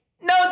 no